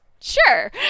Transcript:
sure